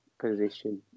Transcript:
position